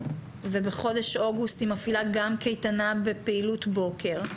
ובחודש אוגוסט היא מפעילה גם קייטנה בפעילות בוקר.